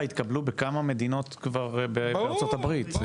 התקבלו בכמה מדינות כבר בארצות הברית.